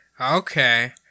Okay